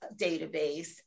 database